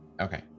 Okay